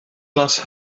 glas